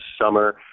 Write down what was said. summer